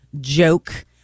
joke